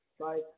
Bye